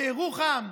בירוחם,